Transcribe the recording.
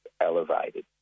elevated